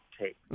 take